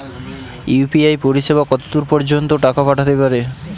UPI পরিসেবা কতদূর পর্জন্ত টাকা পাঠাতে পারি?